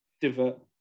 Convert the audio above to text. divert